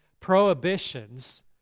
Prohibitions